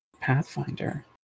Pathfinder